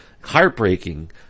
heartbreaking